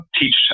teach